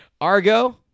Argo